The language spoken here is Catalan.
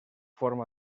forma